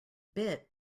bit